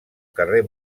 carrer